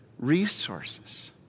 resources